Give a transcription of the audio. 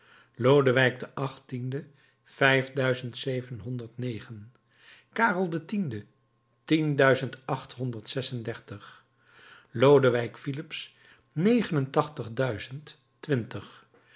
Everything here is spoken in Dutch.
duizend zevenhonderd negen karel x tien duizend achthonderd zes-en-dertig lodewijk filips